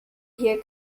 hier